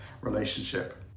relationship